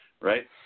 right